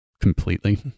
completely